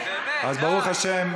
ראינו אתמול.